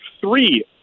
three